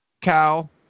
Cal